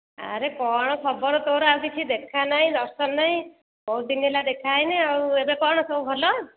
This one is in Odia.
ଆରେ କ'ଣ ଖବର ତୋର ଆଉ କିଛି ଦେଖାନାହିଁ ଦର୍ଶନ ନାହିଁ ବହୁତ ଦିନ ହେଲା ଦେଖା ହେଇନି ଆଉ ଏବେ କ'ଣ ସବୁ ଭଲ